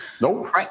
Nope